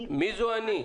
מי זו אני?